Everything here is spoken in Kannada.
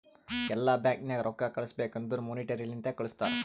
ಎಲ್ಲಾ ಬ್ಯಾಂಕ್ ನಾಗ್ ರೊಕ್ಕಾ ಕಳುಸ್ಬೇಕ್ ಅಂದುರ್ ಮೋನಿಟರಿ ಲಿಂತೆ ಕಳ್ಸುತಾರ್